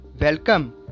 welcome